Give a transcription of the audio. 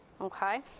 Okay